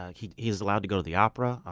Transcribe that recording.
ah he's he's allowed to go to the opera.